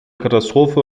katastrophe